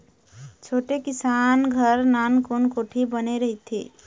छोटे किसान घर नानकुन कोठी बने रहिथे